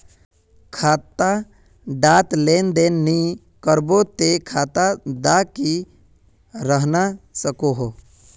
खाता डात लेन देन नि करबो ते खाता दा की रहना सकोहो?